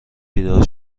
بیدار